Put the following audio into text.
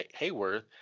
Hayworth